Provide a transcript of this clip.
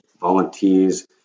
volunteers